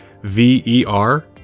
V-E-R